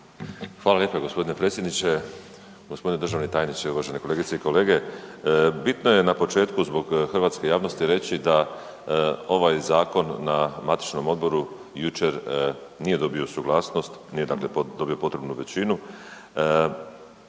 Hvala lijepo g. predsjedniče. G. državni tajniče, uvažene kolegice i kolege. Bitno je na početku zbog hrvatske javnosti reći da ovaj zakon na matičnom odboru jučer nije dobio suglasnost, nije dobio potrebnu većinu.